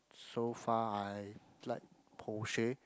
so far I like Porsche